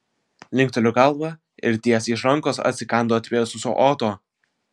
linkteliu galvą ir tiesiai iš rankos atsikandu atvėsusio oto